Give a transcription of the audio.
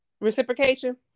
Reciprocation